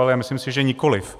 A myslím si, že nikoliv.